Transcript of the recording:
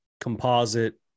composite